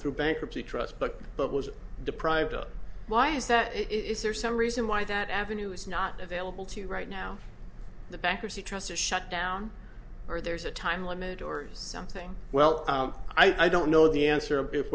through bankruptcy trust but but was deprived of my is that is there some reason why that avenue is not available to you right now the bankruptcy trustee shut down or there's a time limit or something well i don't know the answer